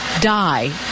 die